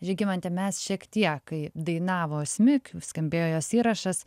žygimante mes šiek tiek kai dainavo asmik skambėjo jos įrašas